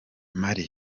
mali